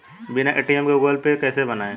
बिना ए.टी.एम के Google Pay कैसे बनायें?